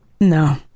No